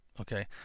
okay